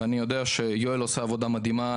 ואני יודע שיואל עושה עבודה מדהימה,